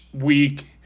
week